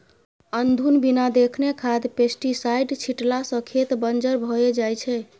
अनधुन बिना देखने खाद पेस्टीसाइड छीटला सँ खेत बंजर भए जाइ छै